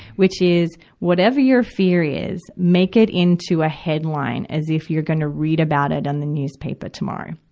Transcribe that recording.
which is whatever your fear is, make it into a headline, as if you're gonna read about it on the newspaper tomorrow,